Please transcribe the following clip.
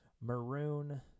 maroon